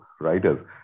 writers